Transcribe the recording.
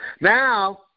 Now